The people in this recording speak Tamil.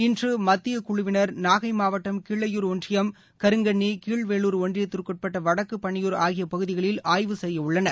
இன்று மத்திய குழுவினர் நாகை மாவட்டம் கீழையூர் ஒன்றியம் கருங்கன்னி கீழ்வேளூர் ஒன்றியத்திற்குட்பட்ட வடக்குபண்ணையூர் ஆகிய பகுதிகளில் ஆய்வு செய்ய உள்ளனர்